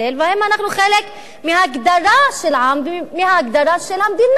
והאם אנחנו חלק מההגדרה של העם ומההגדרה של המדינה?